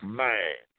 man